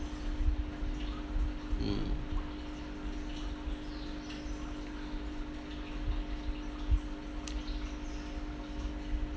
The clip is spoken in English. mm